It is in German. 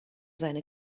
seine